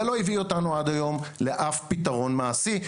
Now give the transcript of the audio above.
זה לא הביא אותנו עד היום לאף פתרון מעשי.